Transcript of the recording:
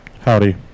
Howdy